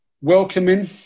Welcoming